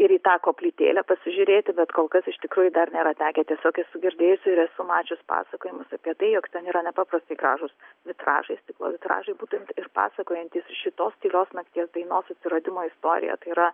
ir į tą koplytėlę pasižiūrėti bet kol kas iš tikrųjų dar nėra tekę tiesiog esu girdėjusi ir esu mačius pasakojimus apie tai jog ten yra nepaprastai gražūs vitražai stiklo vitražai būtent ir pasakojantys šitos tylios nakties dainos atsiradimo istoriją tai yra